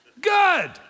Good